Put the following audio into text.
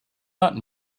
not